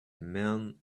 man